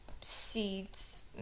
seeds